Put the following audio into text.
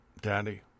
Daddy